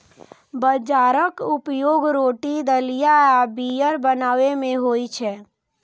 बाजराक उपयोग रोटी, दलिया आ बीयर बनाबै मे होइ छै